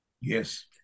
Yes